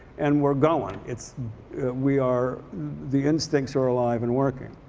and we're going. it's we are the instincts are alive and working.